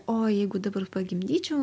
o jeigu dabar pagimdyčiau